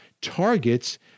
targets